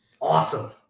awesome